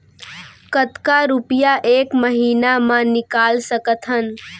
कतका रुपिया एक महीना म निकाल सकथन?